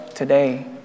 today